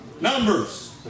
Numbers